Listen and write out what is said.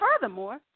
Furthermore